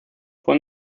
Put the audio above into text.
fue